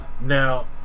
Now